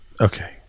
Okay